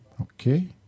Okay